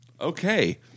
Okay